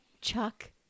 Chuck